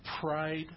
pride